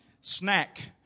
snack